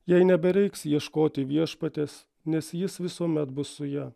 jai nebereiks ieškoti viešpaties nes jis visuomet bus su ja